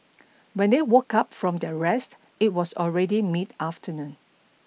when they woke up from their rest it was already mid afternoon